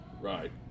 Right